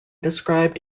described